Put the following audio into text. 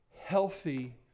healthy